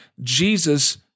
Jesus